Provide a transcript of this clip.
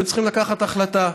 היו צריכים לקבל החלטה.